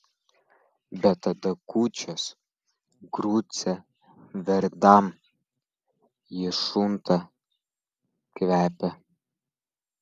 bet tada kūčios grucę verdam ji šunta kvepia